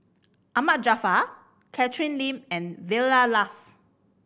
Ahmad Jaafar Catherine Lim and Vilma Laus